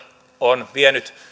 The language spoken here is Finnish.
on vienyt